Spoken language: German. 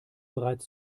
bereits